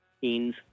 teens